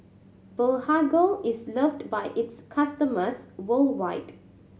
Blephagel is loved by its customers worldwide